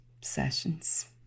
sessions